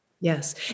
yes